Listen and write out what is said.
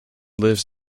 lives